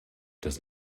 does